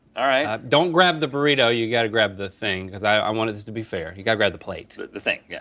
all right don't grab the burrito, you got to grab the thing, because i wanted this to be fair, you gotta grab the plate. the thing, yeah.